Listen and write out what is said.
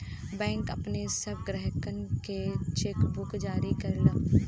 bank अपने सब ग्राहकनके चेकबुक जारी करला